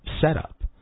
setup